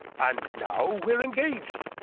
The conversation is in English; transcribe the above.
and now we're engaged.